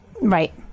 Right